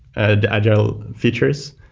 ah the agile features.